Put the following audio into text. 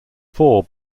four